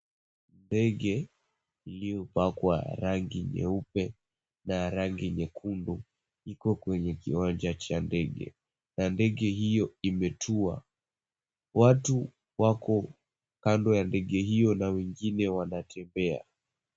Ndege iliopakwa rangi nyeupe na rangi nyekundu iko kwenye kiwanja cha ndege na ndege hio imetua. Watu wako kando ya ndege hio na wengine wanatembea.